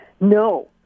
No